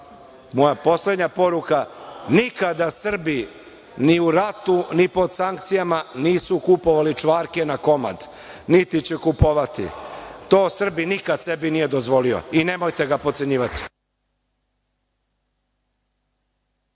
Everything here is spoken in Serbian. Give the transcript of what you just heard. moja poslednja poruka – nikada Srbi ni u ratu ni pod sankcijama nisu kupovali čvarke na komad, niti će kupovati. To Srbin nikad sebi nije dozvolio i nemojte ga potcenjivati.